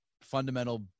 fundamental